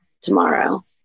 tomorrow